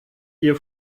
ihr